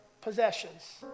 possessions